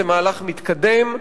זה מהלך מתקדם,